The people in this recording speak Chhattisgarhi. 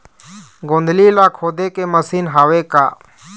गोंदली ला खोदे के मशीन हावे का?